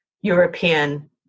European